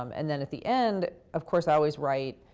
um and then at the end, of course, i always write,